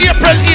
April